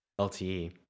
LTE